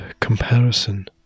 comparison